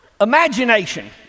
Imagination